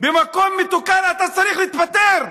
במקום מתוקן אתה היית צריך להתפטר,